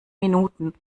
minuten